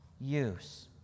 use